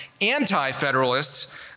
anti-federalists